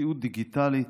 מציאות דיגיטלית,